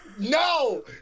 No